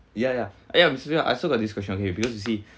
ya ya ya actually I still got this question because you see